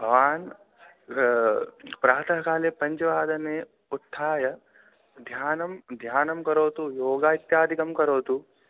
भवान् प्रातःकाले पञ्चवादने उत्थाय ध्यानं ध्यानं करोतु योगः इत्यादिकं करोतु